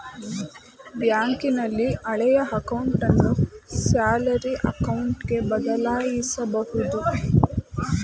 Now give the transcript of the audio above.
ಬ್ಯಾಂಕಿನಲ್ಲಿ ಹಳೆಯ ಅಕೌಂಟನ್ನು ಸ್ಯಾಲರಿ ಅಕೌಂಟ್ಗೆ ಬದಲಾಯಿಸಕೊಬೋದು